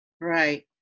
right